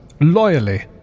loyally